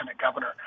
governor